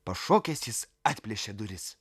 pašokęs jis atplėšė duris